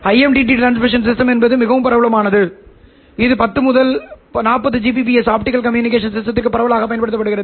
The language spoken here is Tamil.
ஐஎம்டிடி டிரான்ஸ்மிஷன் சிஸ்டம் மிகவும் பிரபலமானது இது 10 முதல் 40 ஜிபிபிஎஸ் ஆப்டிகல் கம்யூனிகேஷன்ஸ் சிஸ்டத்திற்கு பரவலாகப் பயன்படுத்தப்படுகிறது